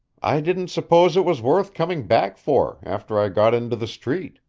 i didn't suppose it was worth coming back for, after i got into the street.